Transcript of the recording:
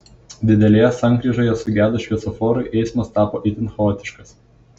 didelėje sankryžoje sugedus šviesoforui eismas tapo itin chaotiškas